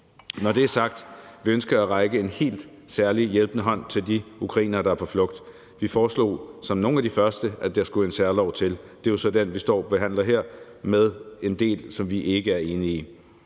jeg sige, at vi ønsker at række en helt særlig hjælpende hånd til de ukrainere, der er på flugt. Vi foreslog som nogle af de første, at der skulle en særlov til, og det er jo så den, vi står og behandler her – med en del, som vi ikke er enige i.